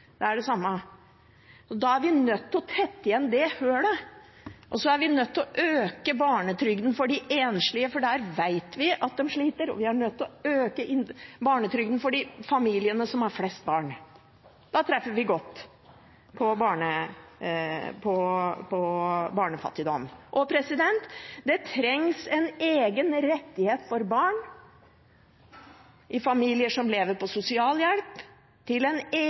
det er det samme. Da er vi nødt til å tette igjen det hullet, og så er vi nødt til å øke barnetrygden for de enslige, for der vet vi at de sliter, og vi er nødt til å øke barnetrygden for de familiene som har flest barn. Da treffer vi godt på barnefattigdom. Det trengs en egen rettighet for barn i familier som lever på sosialhjelp, en egen støtte til